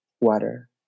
water